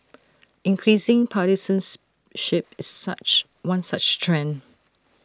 increasing partisans ship such one such trend